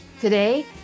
Today